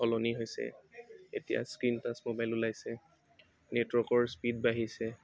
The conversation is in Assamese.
সলনি হৈছে এতিয়া স্ক্ৰিন টাচ মোবাইল ওলাইছে নেটৱৰ্কৰ স্পিড বাঢ়িছে